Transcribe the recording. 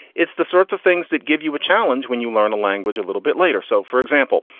it's the sorts of things that give you a challenge when you learn a language a little bit later. so, for example,